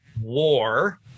war